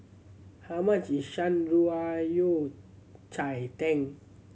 how much is Shan Rui Yao Cai Tang